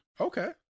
Okay